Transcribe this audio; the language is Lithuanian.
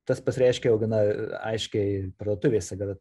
tas pasireiškia jau gana aiškiai parduotuvėse kada